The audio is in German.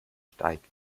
steigt